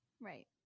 Right